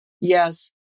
Yes